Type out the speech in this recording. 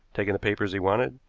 taken the papers he wanted,